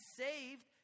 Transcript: saved